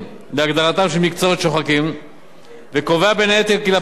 וקובע בין היתר כי לפורשים ולפורשות מעיסוקים כאמור תשולם גמלה